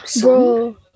Bro